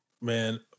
Man